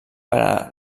per